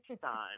time